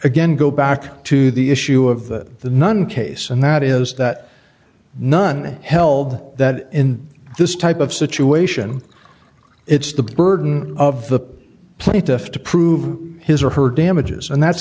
again go back to the issue of the nun case and that is that none held that in this type of situation it's the burden of the plaintiff to prove his or her damages and that's